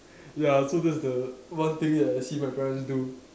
ya so that's the one thing that I see my parent do